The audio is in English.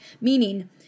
Meaning